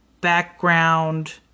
background